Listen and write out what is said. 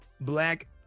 black